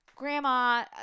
grandma